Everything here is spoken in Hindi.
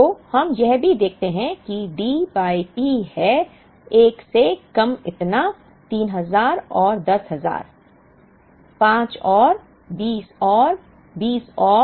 तो हम यह भी देखते हैं कि D बाय P है 1 से कम इतना 3000 और 10000 5 और 20 और 20 और 50